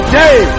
day